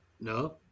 No